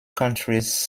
countries